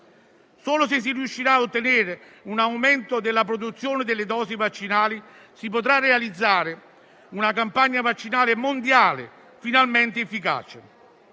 Solo se si riuscirà a ottenere un aumento della produzione delle dosi vaccinali si potrà realizzare una campagna vaccinale mondiale finalmente efficace.